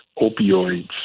opioids